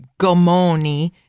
gomoni